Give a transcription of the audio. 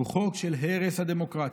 הוא חוק של הרס הדמוקרטיה".